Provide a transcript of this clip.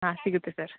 ಹಾಂ ಸಿಗುತ್ತೆ ಸರ್